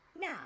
Now